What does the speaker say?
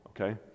okay